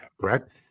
Correct